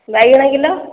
ବାଇଗଣ କିଲୋ